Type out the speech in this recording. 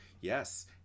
Yes